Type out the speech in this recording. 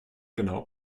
genau